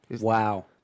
Wow